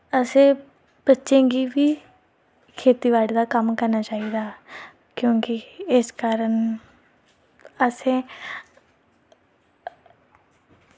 असें बच्चें गी बी खेती बाड़ी दा कम्म करना चाहिदा क्योंकि इस कारण असें